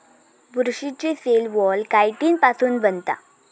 बुरशीची cell wall chitin पासुन बनता